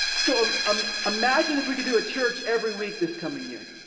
so um imagine if we could do a church every week this coming year.